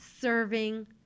serving